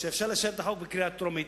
שאפשר לאשר את החוק בקריאה טרומית,